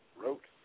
wrote